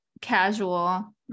casual